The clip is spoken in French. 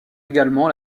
également